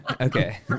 Okay